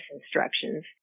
instructions